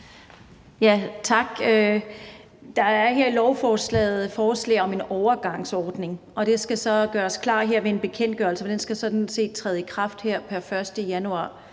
Tak. Der er her i lovforslaget indeholdt en overgangsordning, og den skal så gøres klar ved en bekendtgørelse, fordi den sådan set skal træde i kraft her pr. 1. januar